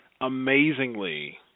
amazingly